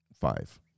Five